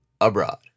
Abroad